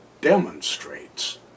demonstrates